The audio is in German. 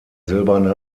silberne